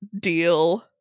deal